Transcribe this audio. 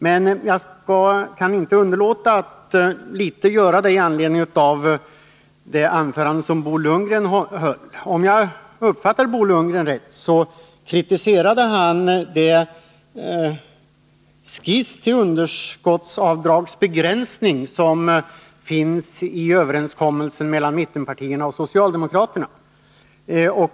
Men jag kan inte underlåta att säga några ord om marginalskattereformen, med anledning av det anförande som Bo Lundgren höll. Om jag uppfattade Bo Lundgren rätt kritiserade han den skiss till underskottsavdragsbegränsning som finns i överenskommelsen mellan mittenpartierna och socialdemokraterna.